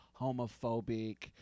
homophobic –